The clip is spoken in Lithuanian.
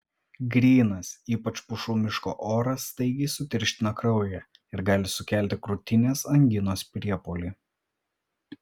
grynas ypač pušų miško oras staigiai sutirština kraują ir gali sukelti krūtinės anginos priepuolį